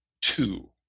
two